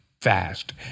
fast